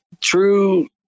true